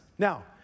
Now